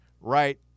right